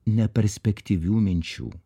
neperspektyvių minčių